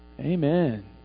Amen